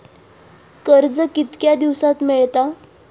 कर्ज कितक्या दिवसात मेळता?